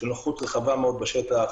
יש לנו נוכחות רחבה מאוד בשטח,